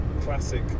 classic